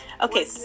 okay